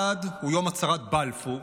אחד הוא יום הצהרת בלפור,